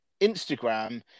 Instagram